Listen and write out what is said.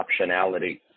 optionality